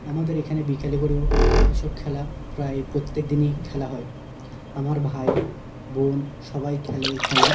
আমাদের এখানে বিকেলে গড়েও এসব খেলা প্রায় প্রত্যেক দিনই খেলা হয় আমার ভাই বোন সবাই খেলে এই খেলা